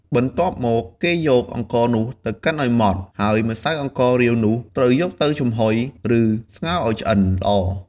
បន្ទាប់មក គេយកអង្ករនោះទៅកិនឲ្យម៉ដ្ឋ ហើយម្សៅអង្កររាវនោះត្រូវយកទៅចំហុយ ឬស្ងោរឲ្យឆ្អិនល្អ។